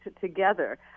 together